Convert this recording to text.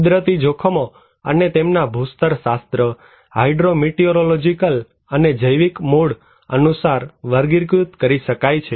કુદરતી જોખમો તેમના ભૂસ્તરશાસ્ત્ર હાઇડ્રો મીટિઓરોલોજીકલ અને જૈવિક મૂળ અનુસાર વર્ગીકૃત કરી શકાય છે